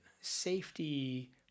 safety